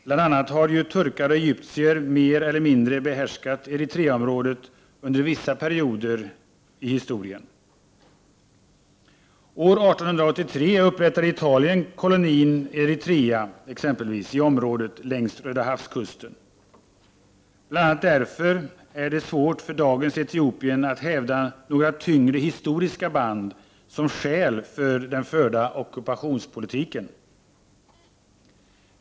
Bl.a. har ju turkar och egyptier mer eller mindre behärskat Eritreaområdet under vissa perioder i historien. År 1883 upprättade Italien kolonin Eritrea i området längs Rödahavskusten. Det är bl.a. därför som det är svårt för dagens Etiopien att hävda några starka historiska band som skäl för den förda ockupationspolitiken.